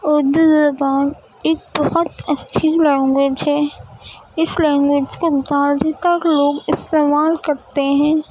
اردو زبان ایک بہت اچھی لینگویج ہے اس لینگویج کو زیادہ تر لوگ استعمال کرتے ہیں